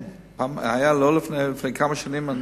לפני כמה שנים,